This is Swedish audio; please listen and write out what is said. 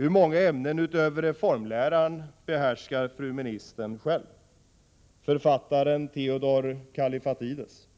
Hur många ämnen, utöver reformläran, behärskar fru ministern?” Så skriver Theodor Kallifatides.